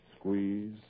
Squeeze